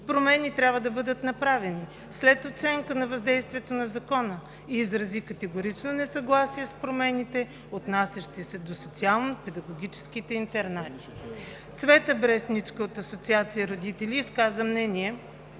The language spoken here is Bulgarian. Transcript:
Промени трябва да бъдат направени след оценка на въздействието на Закона и изрази категорично несъгласие с промените, отнасящи се до социално – педагогическите интернати. Цвета Брестничка от Асоциация „Родители“ изказа мнение,